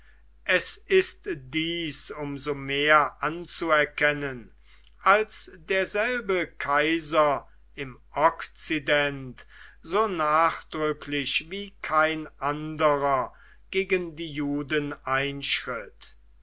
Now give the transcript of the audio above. es ist dies um so mehr anzuerkennen als derselbe kaiser im okzident so nachdrücklich wie kein anderer gegen die juden einschritt